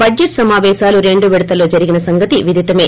budget సమాపేశాలు రెండు విడతల్లో జరిగిన సంగతి విదితమే